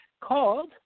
called